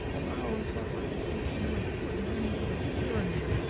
arise up, i beseech you, and put an end to this tyranny.